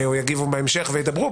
הם יגיבו בהמשך וידברו.